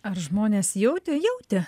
ar žmonės jautė jautė